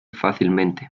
fácilmente